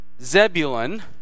Zebulun